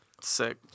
sick